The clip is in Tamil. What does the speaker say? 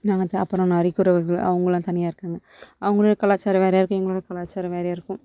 நாங்க அப்பறம் நரிக்குறவர்கள் அவங்களாம் தனியாக இருக்காங்க அவங்களோட கலாச்சாரம் வேறயா இருக்கும் எங்களோட கலாச்சாரம் வேறயா இருக்கும்